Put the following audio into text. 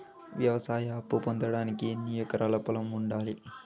వ్యవసాయ అప్పు పొందడానికి ఎన్ని ఎకరాల పొలం ఉండాలి?